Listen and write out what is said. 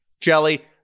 Jelly